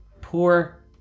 Poor